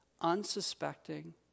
unsuspecting